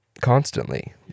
Constantly